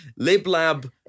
LibLab